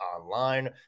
Online